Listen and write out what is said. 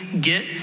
get